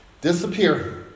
Disappear